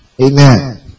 Amen